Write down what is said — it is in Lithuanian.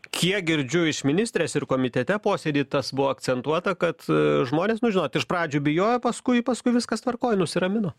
kiek girdžiu iš ministrės ir komitete posėdy tas buvo akcentuota kad žmonės nu žinot iš pradžių bijojo paskui paskui viskas tvarkoj nusiramino